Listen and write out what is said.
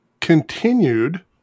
continued